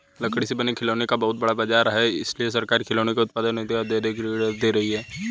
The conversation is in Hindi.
लकड़ी से बने खिलौनों का बहुत बड़ा बाजार है इसलिए सरकार खिलौनों के उत्पादन हेतु औद्योगिक ऋण दे रही है